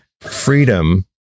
freedom